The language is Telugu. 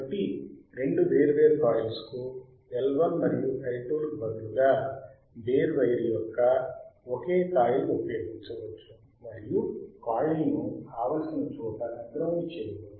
కాబట్టి రెండు వేర్వేరు కాయిల్స్కు L1 మరియు L2 లకు బదులుగా బేర్ వైర్ యొక్క ఒకే కాయిల్ ఉపయోగించవచ్చు మరియు కాయిల్ ను కావలసిన చోట గ్రౌండ్ చేయవచ్చు